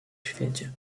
świecie